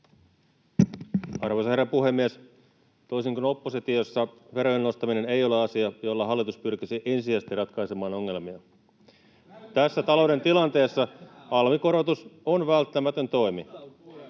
Arvoisa herra puhemies! Toisin kuin oppositiossa, verojen nostaminen ei ole asia, jolla hallitus pyrkisi ensisijaisesti ratkaisemaan ongelmiaan. [Välihuutoja sosiaalidemokraattien ja